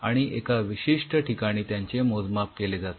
आणि एका विशिष्ठ ठिकाणी त्याचे मोजमाप केले जाते